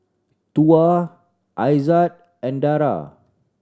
Tuah Aizat and Dara